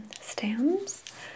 stems